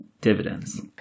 dividends